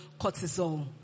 cortisol